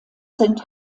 sind